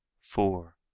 four.